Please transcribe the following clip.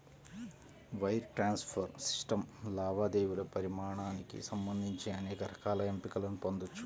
wire transfer system లావాదేవీల పరిమాణానికి సంబంధించి అనేక రకాల ఎంపికలను పొందొచ్చు